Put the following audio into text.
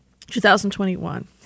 2021